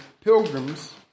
pilgrims